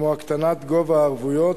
כמו הקטנת גובה הערבויות,